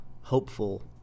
hopeful